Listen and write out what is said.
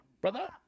Brother